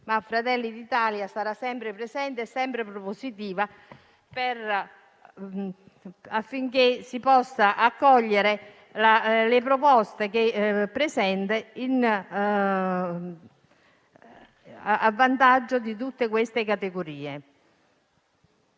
Ma Fratelli d'Italia sarà sempre presente e propositivo affinché si possano accogliere le proposte che presenta a vantaggio di tutte queste categorie.